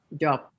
job